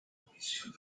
comisión